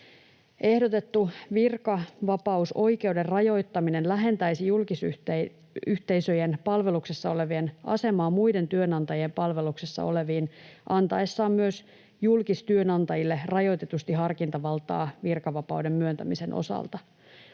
Ehdotettu virkavapausoikeuden rajoittaminen lähentäisi julkisyhteisöjen palveluksessa olevien asemaa muiden työnantajien palveluksessa oleviin antaessaan myös julkistyönantajille rajoitetusti harkintavaltaa virkavapauden myöntämisen osalta.